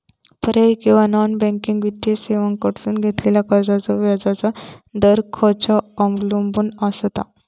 पर्यायी किंवा non banking वित्तीय सेवांकडसून घेतलेल्या कर्जाचो व्याजाचा दर खेच्यार अवलंबून आसता?